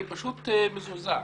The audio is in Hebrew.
אני מזועזע.